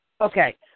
Okay